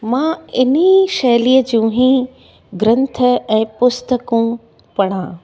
मां इन्ही शैलीअ जू ई ग्रंथ ऐं पुस्तकू पढ़ां